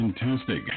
Fantastic